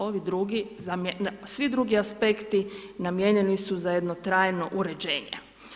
Ovi drugi, svi drugi aspekti namijenjeni su za jedno trajno uređenje.